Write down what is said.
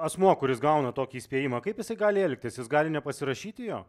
asmuo kuris gauna tokį įspėjimą kaip jisai gali elgtis jis gali nepasirašyti jo